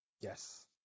Yes